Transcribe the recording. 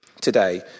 today